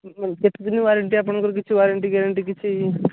କେତେ ଦିନ ୱାରଣ୍ଟୀ ଆପଣଙ୍କର କିଛି ୱାରଣ୍ଟୀ ଗାରେଣ୍ଟୀ କିଛି